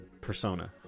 persona